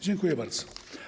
Dziękuję bardzo.